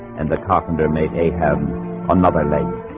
and the carpenter may have another length